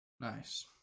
nice